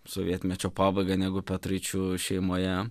sovietmečio pabaigą negu petraičių šeimoje